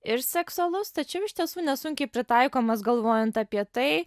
ir seksualus tačiau iš tiesų nesunkiai pritaikomas galvojant apie tai